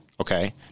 okay